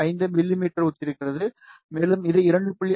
5 மிமீக்கு ஒத்திருக்கிறது மேலும் இது 2